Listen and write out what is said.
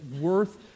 worth